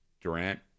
durant